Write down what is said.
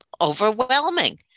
overwhelming